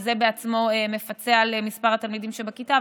וזה בעצמו מפצה על מספר התלמידים בכיתה,